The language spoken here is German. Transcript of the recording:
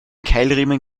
keilriemen